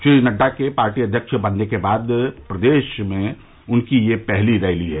श्री नड्डा के पार्टी अध्यक्ष बनने के बाद प्रदेश में उनकी यह पहली रैली है